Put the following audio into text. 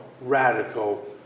radical